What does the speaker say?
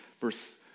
Verse